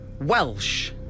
Welsh